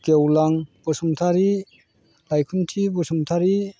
Gewlang Basumatary Aikhumthi Basumatary